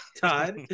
Todd